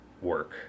work